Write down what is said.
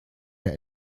der